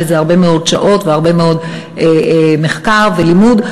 לזה הרבה מאוד שעות והרבה מאוד מחקר ולימוד,